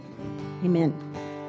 Amen